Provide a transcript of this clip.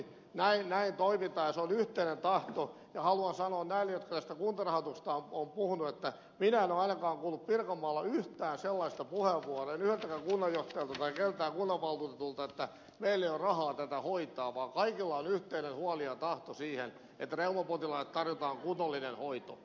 haluan sanoa näille jotka siitä kuntarahoituksesta ovat puhuneet että minä en ole ainakaan kuullut pirkanmaalla yhtään sellaista puheenvuoroa en yhdeltäkään kunnanjohtajalta tai keltään kunnanvaltuutetulta että meillä ei ole rahaa tätä hoitaa vaan kaikilla on yhteinen huoli ja tahto siihen että reumapotilaille tarjotaan kunnollinen hoito